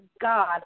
God